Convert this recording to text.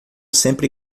sempre